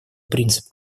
принцип